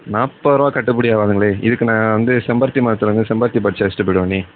நாற்பதுரூவா கட்டுப்படி ஆகாதுங்களே இதுக்கு நான் வந்து செம்பருத்தி மரத்துலேருந்து செம்பருத்தி பறித்து வெச்சிட்டு போய்டுவேனே